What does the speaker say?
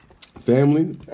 Family